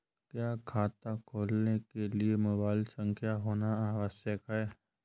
क्या खाता खोलने के लिए मोबाइल संख्या होना आवश्यक है?